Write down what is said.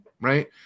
right